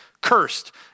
cursed